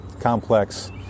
complex